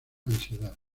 ansiedad